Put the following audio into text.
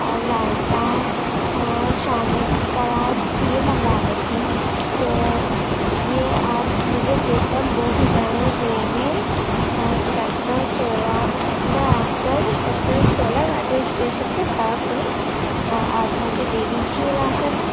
اور رائتا اور شامی کباب یہ منگوانی تھی تو یہ آپ مجھے گوتم بدھ نگر ضلعے میں سیکٹر سولہ پر آ کر سیکٹر سولہ میٹرو اسٹیشن کے پاس ہی آپ مجھے دے دیجیے لا کر